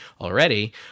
already